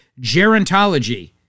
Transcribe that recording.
Gerontology